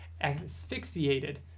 asphyxiated